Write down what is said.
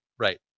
Right